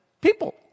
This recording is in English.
people